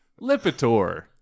Lipitor